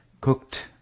cooked